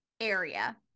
area